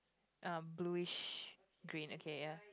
um bluish green okay ya